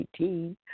18